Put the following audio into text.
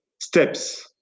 steps